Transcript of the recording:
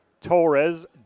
Torres